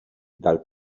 dal